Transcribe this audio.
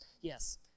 Yes